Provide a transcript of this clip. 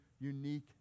unique